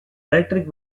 electric